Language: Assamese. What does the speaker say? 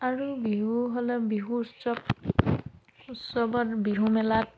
আৰু বিহু হ'লে বিহু উৎসৱ উৎসৱত বিহুমেলাত